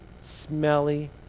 smelly